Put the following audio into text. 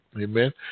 Amen